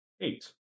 Eight